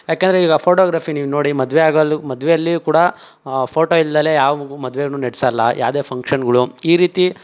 ಯಾಕಂದರೆ ಈಗ ಫೋಟೋಗ್ರಫಿ ನೀವು ನೋಡಿ ಮದುವೆಯಾಗಲು ಮದುವೆಯಲ್ಲಿಯೂ ಕೂಡ ಫೋಟೋ ಇಲ್ದೆಲೇ ಯಾವ ಮದುವೆ ನಡ್ಸೋಲ್ಲ ಯಾವುದೇ ಫಂಕ್ಷನ್ಗಳು ಈ ರೀತಿ